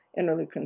interleukin